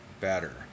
better